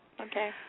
Okay